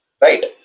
right